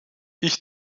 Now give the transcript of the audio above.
ich